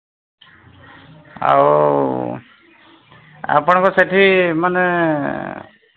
ଆଉ ଆପଣଙ୍କ ସେଠି ମାନେ